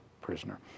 prisoner